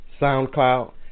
SoundCloud